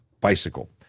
bicycle